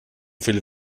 viel